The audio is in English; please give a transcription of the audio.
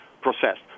processed